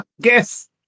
Guess